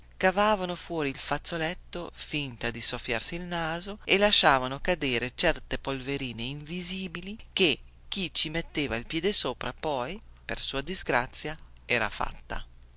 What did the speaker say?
cavavano fuori il fazzoletto finta di soffiarsi il naso e lasciavano cadere certe pallottoline invisibili che chi ci metteva il piede sopra poi per sua disgrazia era fatta